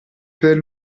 per